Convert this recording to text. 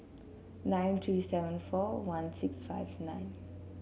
nine three seven four one six five nine